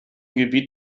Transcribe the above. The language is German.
gebiet